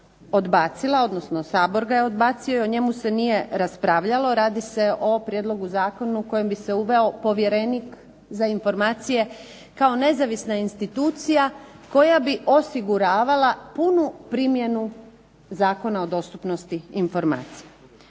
odbacila odnosno Sabor ga je odbacio, o njemu mu se nije raspravljalo, radi se o Prijedlogu zakona u kojem bi se uveo povjerenik za informacije kao neovisna institucija koja bi osiguravala punu primjenu Zakona o dostupnosti informacija.